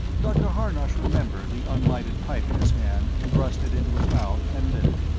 dr. harnosh remembered the unlighted pipe in his hand, thrust it into his mouth, and lit it.